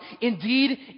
Indeed